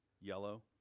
Yellow